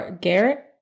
Garrett